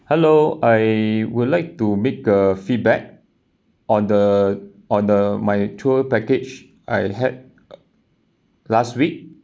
hello I would like to make a feedback on the on the my tour package I had last week